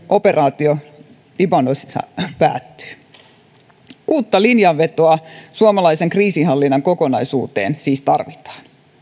operaatio libanonissa päättyy uutta linjanvetoa suomalaisen kriisinhallinnan kokonaisuuteen siis tarvitaan